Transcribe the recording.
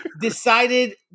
decided